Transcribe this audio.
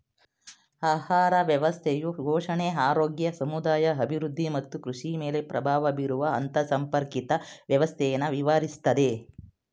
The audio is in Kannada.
ಆಹಾರ ವ್ಯವಸ್ಥೆಯು ಪೋಷಣೆ ಆರೋಗ್ಯ ಸಮುದಾಯ ಅಭಿವೃದ್ಧಿ ಮತ್ತು ಕೃಷಿಮೇಲೆ ಪ್ರಭಾವ ಬೀರುವ ಅಂತರ್ಸಂಪರ್ಕಿತ ವ್ಯವಸ್ಥೆನ ವಿವರಿಸ್ತದೆ